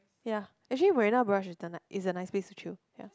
ya actually Marina-Barrage is the is a nice place to chill ya